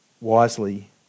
wisely